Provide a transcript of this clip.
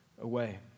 away